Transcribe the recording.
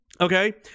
Okay